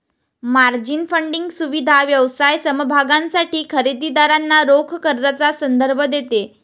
margin funding सुविधा व्यवसाय समभागांसाठी खरेदी दारांना रोख कर्जाचा संदर्भ देते